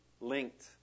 linked